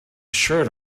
shirt